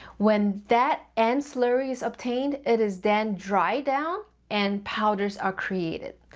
when that end slurry is obtained, it is then dried down and powders are created.